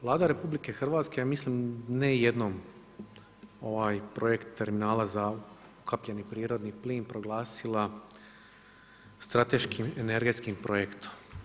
Vlada RH je mislim ne jednom ovaj projekt terminala za ukapljeni prirodni plin proglasila strateškim energetskim projektom.